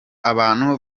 abantu